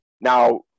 Now